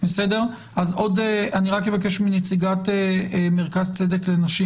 אני אבקש מנציגת מרכז צדק לנשים,